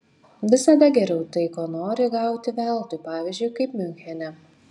visada geriau tai ko nori gauti veltui pavyzdžiui kaip miunchene